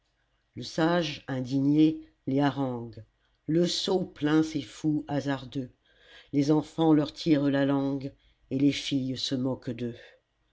le sage indigné les harangue le sot plaint ces fous hasardeux les enfants leur tirent la langue et les filles se moquent d'eux